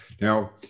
Now